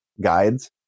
guides